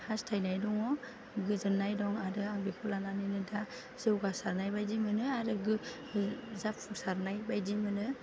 हास्थायनाय दङ गोजोन्नाय दं आरो आं बेखौ लानानैनो दा जौगासारनायबादि मोनो आरो जाफुंसारनाय बायदि मोनो